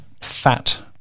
fat